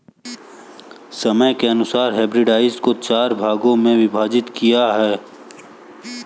समय के अनुसार हर्बिसाइड्स को चार भागों मे विभाजित किया है